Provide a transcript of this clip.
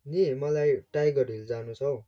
नि मलाई Tiger Hill जानु छ हौ